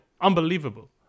Unbelievable